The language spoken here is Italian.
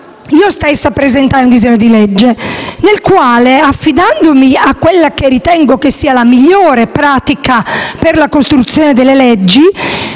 Io stessa presentai un disegno di legge nel quale, affidandomi a quella che ritengo sia la migliore pratica per la costruzione delle leggi,